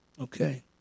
Okay